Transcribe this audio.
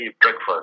breakfast